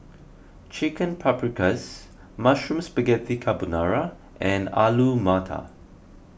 Chicken Paprikas Mushroom Spaghetti Carbonara and Alu Matar